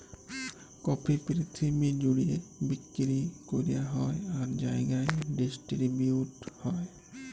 coffee পিরথিবি জ্যুড়ে বিক্কিরি ক্যরা হ্যয় আর জায়গায় ডিসটিরিবিউট হ্যয়